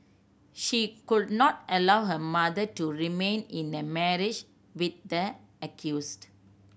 she could not allow her mother to remain in a marriage with the accused